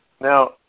Now